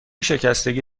شکستگی